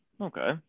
Okay